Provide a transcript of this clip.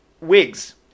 Wigs